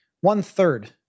one-third